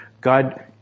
God